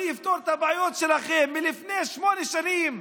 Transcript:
אני אפתור את הבעיות שלכם, לפני שמונה שנים,